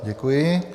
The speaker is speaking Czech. Děkuji.